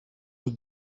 were